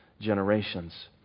generations